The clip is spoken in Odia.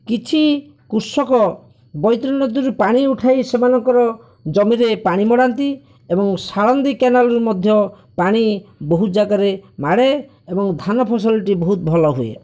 କିଛି କୃଷକ ବୈତରଣୀ ନଦୀରୁ ପାଣି ଉଠାଇ ସେମାନଙ୍କର ଜମିରେ ପାଣି ମଡ଼ାନ୍ତି ଏବଂ ଶାଳନ୍ଦୀ କେନାଲରୁ ମଧ୍ୟ ପାଣି ବହୁତ ଜାଗାରେ ମାଡ଼େ ଏବଂ ଧାନ ଫସଲଟି ବହୁତ ଭଲ ହୁଏ